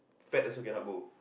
fat also cannot go